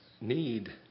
need